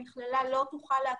המכללה לא תוכל להקצות,